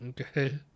Okay